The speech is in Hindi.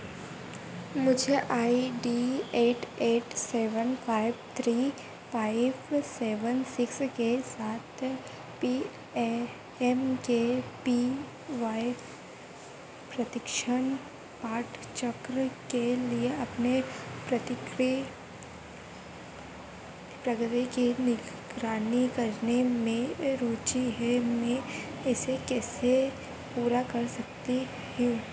मुझे I D eight eight seven five three five seven six के साथ P A M K P Y प्रशिक्षण पाठचक्र के लिए अपने प्रतिक्री प्रगति की निगरानी करने में रुचि है मैं इसे कैसे पूरा कर सकती हूँ